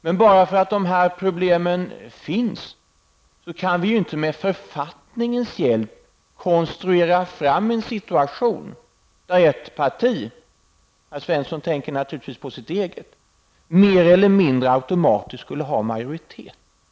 Men bara för att de här problemen finns kan vi inte med författningens hjälp konstruera fram en situation där ett parti -- herr Svensson tänker naturligtvis på sitt eget parti -- mer eller mindre automatiskt skulle ha majoritet. Herr talman!